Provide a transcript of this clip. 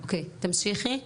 אוקיי, תמשיכי.